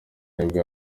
nibwo